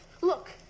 Look